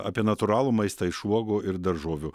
apie natūralų maistą iš uogų ir daržovių